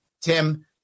Tim